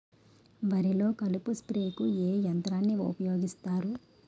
వరిలో కలుపు స్ప్రేకు ఏ యంత్రాన్ని ఊపాయోగిస్తారు?